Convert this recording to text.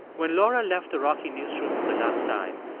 when laura left the rocky newsroom for the last time,